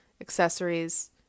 accessories